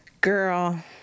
Girl